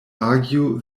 argue